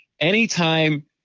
Anytime